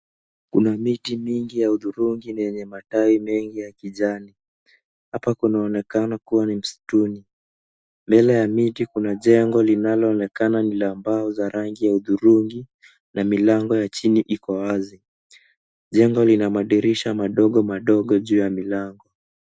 Kuna miti mingi ya hudhurungi yenye matawi mengi ya kijani. Hapa kunaonekana kuwa ni msituni. Mbele ya miti kuna jengo linaloonekana ni la mbao za rangi ya hudhurungi na milango ya chini iko wazi. Jengo lina madirisha madogo madogo juu ya milango.